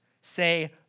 Say